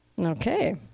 Okay